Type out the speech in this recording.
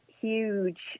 huge